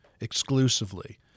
exclusively